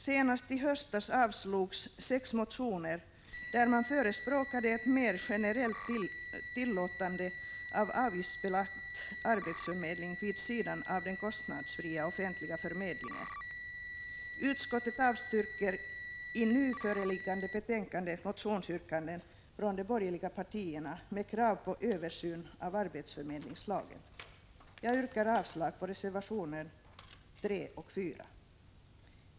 Senast i höstas avslogs sex motioner där man förespråkade ett mer generellt tillåtande av avgiftsbelagd arbetsförmedling vid sidan av den kostnadsfria offentliga förmedlingen. Utskottet avstyrker i nu föreliggande betänkande motionsyrkanden från de borgerliga partierna med krav på översyn av arbetsförmedlingslagen. Jag yrkar avslag på reservationerna 3 och 4.